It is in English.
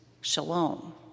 shalom